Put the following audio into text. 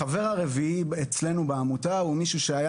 החבר הרביעי אצלנו בעמותה הוא מישהו שהיה